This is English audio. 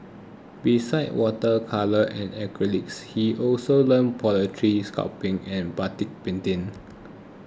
besides water colour and acrylics he also learnt pottery sculpting and batik painting